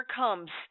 comes